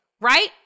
Right